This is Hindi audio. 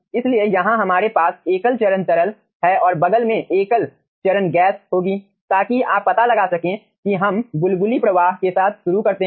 इसलिए यहां हमारे पास एकल चरण तरल है और बगल में एकल चरण गैस होगी ताकि आप पता लगा सकें कि हम बुलबुली प्रवाह के साथ शुरू करते हैं